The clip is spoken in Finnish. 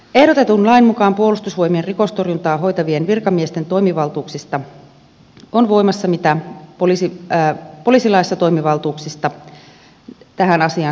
ehdotetun lain mukaan puolustusvoimien rikostorjuntaa hoitavien virkamiesten toimivaltuuksista on voimassa mitä poliisilaissa toimivaltuuksista tähän asiaan säädetään